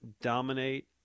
dominate